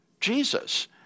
Jesus